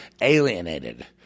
alienated